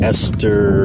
Esther